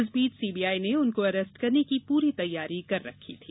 इस बीच सीबीआई ने उनको अरेस्ट करने की पूरी तैयारी कर रखी थी